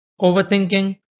Overthinking